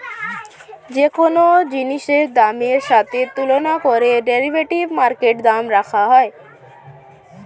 যে কোন জিনিসের দামের সাথে তুলনা করে ডেরিভেটিভ মার্কেটে দাম রাখা হয়